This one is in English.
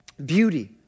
beauty